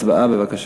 הצבעה, בבקשה.